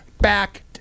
back